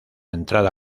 entrada